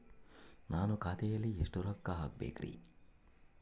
ನಾನು ಖಾತೆಯಲ್ಲಿ ಎಷ್ಟು ರೊಕ್ಕ ಹಾಕಬೇಕ್ರಿ?